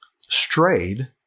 strayed